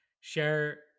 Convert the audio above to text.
share